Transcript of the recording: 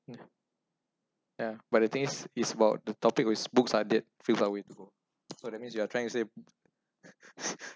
ya ya but the thing is is about the topic with books are did feel that way before so that means you are trying to say